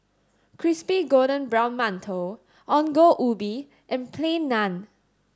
crispy golden brown Mantou Ongol Ubi and Plain Naan